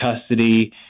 custody